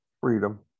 freedom